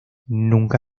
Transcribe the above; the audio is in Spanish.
nunca